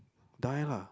die lah